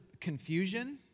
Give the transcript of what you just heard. confusion